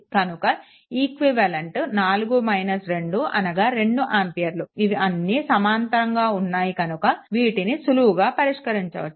కనుక ఈక్వివలెంట్ 4 2 అనగా 2 ఆంపియర్లు ఇవి అన్నీ సమాంతరంగా ఉన్నాయి కనుక వీటిని సులువుగా పరిష్కరించవచ్చు